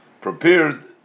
prepared